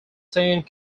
saint